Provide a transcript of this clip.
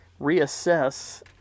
reassess